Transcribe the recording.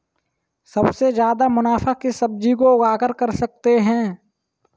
सबसे ज्यादा मुनाफा किस सब्जी को उगाकर कर सकते हैं?